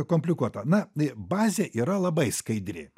komplikuota na bazė yra labai skaidri